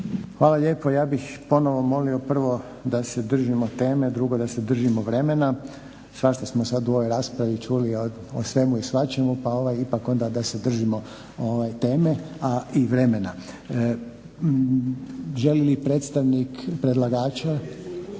Hvala lijepo. Ja bih ponovno molio prvo da se držimo teme, a drugo da se držimo vremena. Svašta smo sad u ovoj raspravi čuli o svemu i svačemu pa ovaj ipak onda da se držimo teme, a i vremena. Želi li predstavnik predlagača?